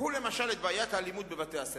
קחו למשל את בעיית האלימות בבתי-הספר.